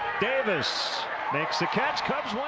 davis makes the catch. cubs win.